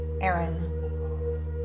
Aaron